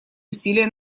усилия